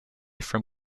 from